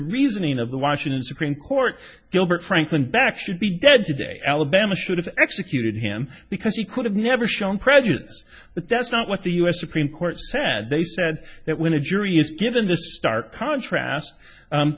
reasoning of the washington supreme court gilbert franklin back should be dead today alabama should have executed him because he could have never shown prejudice but that's not what the u s supreme court said they said that when a jury is given the stark contrast